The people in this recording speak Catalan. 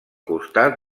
costat